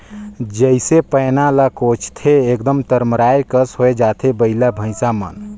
जइसे पैना ल कोचथे एकदम तरमराए कस होए जाथे बइला भइसा मन